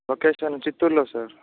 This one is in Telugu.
లొకేషన్ చిత్తూరులో సార్